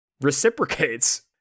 reciprocates